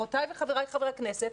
חברותיי וחבריי חברי הכנסת,